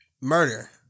Murder